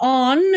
on